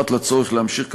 פרט לצורך להמשיך,